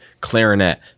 clarinet